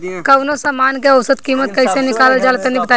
कवनो समान के औसत कीमत कैसे निकालल जा ला तनी बताई?